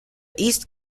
east